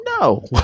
No